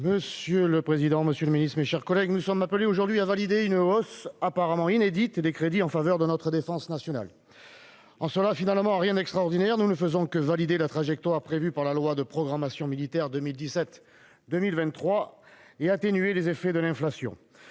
Monsieur le président, monsieur le ministre, mes chers collègues, nous sommes appelés aujourd'hui à valider une hausse apparemment inédite des crédits en faveur de notre défense nationale. En cela- finalement, rien d'extraordinaire -, nous ne faisons que valider la trajectoire prévue par la loi de programmation militaire 2017-2023 et atténuer les effets de l'inflation.